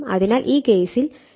അതിനാൽ ഈ കേസിൽ E1 ω t 90o